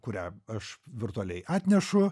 kurią aš virtualiai atnešu